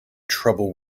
trouble